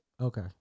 Okay